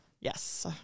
Yes